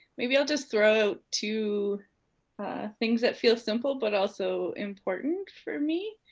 maybe i'll just throw two things that feels simple but also important for me.